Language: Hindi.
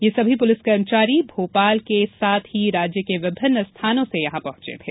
ये सभी पुलिस कर्मचारी भोपाल के साथ ही राज्य के विभिन्न स्थानों से यहां पहुंचे थे